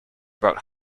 about